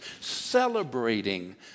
celebrating